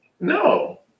No